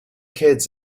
kids